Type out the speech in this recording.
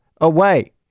away